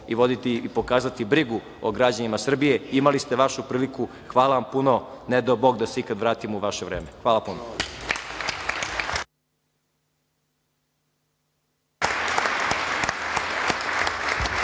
računa i pokazati brigu o građanima Srbije. Imali ste vašu priliku, hvala vam puno i ne dao Bog da se ikada vratimo u vaše vreme. Hvala vam.